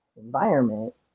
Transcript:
environment